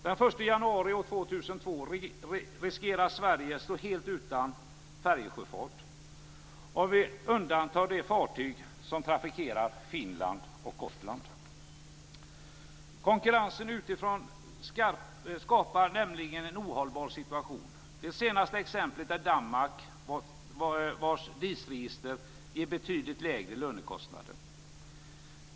Den 1 januari år 2002 riskerar Sverige att stå helt utan färjesjöfart, om vi undantar de fartyg som trafikerar Finland och Konkurrensen utifrån skapar nämligen en ohållbar situation. Det senaste exemplet är Danmark, vars DIS-register ger betydligt lägre lönekostnader.